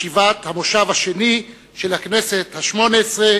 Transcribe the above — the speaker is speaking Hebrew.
ישיבת המושב השני של הכנסת השמונה-עשרה